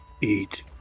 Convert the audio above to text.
eat